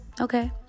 Okay